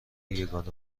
یگانه